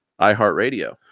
iHeartRadio